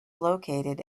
located